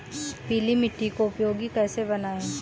पीली मिट्टी को उपयोगी कैसे बनाएँ?